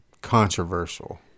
controversial